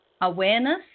awareness